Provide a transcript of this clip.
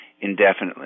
indefinitely